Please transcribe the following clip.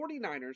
49ers